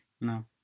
No